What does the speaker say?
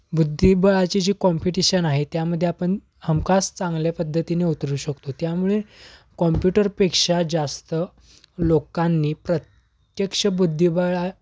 बुद्धिबळाची जी कॉम्पिटिशन आहे त्यामध्ये आपण हमखास चांगल्या पद्धतीने उतरू शकतो त्यामुळे कॉम्प्युटरपेक्षा जास्त लोकांनी प्रत्यक्ष बुद्धिबळ